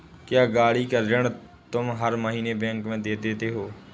क्या, गाड़ी का ऋण तुम हर महीने बैंक में देते हो?